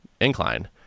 incline